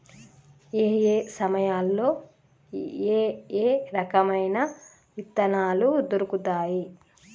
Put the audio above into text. ఏయే సమయాల్లో ఏయే రకమైన విత్తనాలు దొరుకుతాయి?